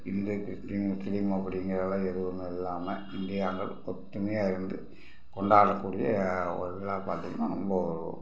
Hindu Christian Muslim அப்படிங்கிறதுலாம் எதுவுமே இல்லாமல் இந்தியாவில் ஒற்றுமையா இருந்து கொண்டாடக்கூடிய ஒரு விழா பார்த்தீங்கன்னா ரொம்ப ஒரு